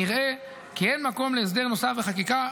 נראה כי אין מקום להסדר נוסף בחקיקה,